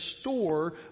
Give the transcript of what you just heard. store